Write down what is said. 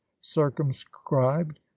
circumscribed